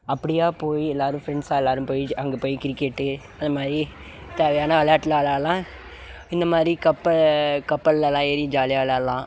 அப்படியா போய் எல்லோரும் ஃப்ரெண்ட்ஸாக எல்லோரும் போய் அங்கே போய் கிரிக்கெட்டு அது மாதிரி தேவையான வெளாட்டெலாம் வெளாடலாம் இந்த மாதிரி கப்பல் கப்பல்லலாம் ஏறி ஜாலியாக வெளாடலாம்